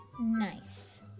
nice